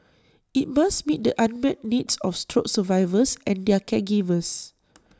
IT must meet the unmet needs of stroke survivors and their caregivers